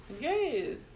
Yes